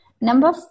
Number